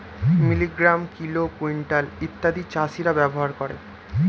milligram, kilo, quintal ইত্যাদি চাষীরা ব্যবহার করে